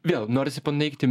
vėl norisi paneigti